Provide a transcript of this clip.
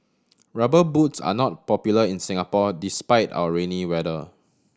Rubber Boots are not popular in Singapore despite our rainy weather